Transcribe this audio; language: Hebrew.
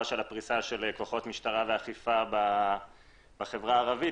של הפרישה של כוחות משטרה ואכיפה בחברה הערבית,